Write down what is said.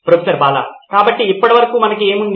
professor Bala కాబట్టి ఇప్పటివరకు మనకు ఏమి ఉంది